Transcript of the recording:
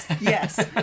Yes